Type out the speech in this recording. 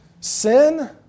Sin